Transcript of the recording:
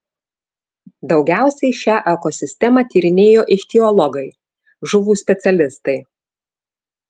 daugiausiai šią ekosistemą tyrinėjo ichtiologai žuvų specialistai